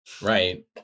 Right